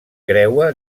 creua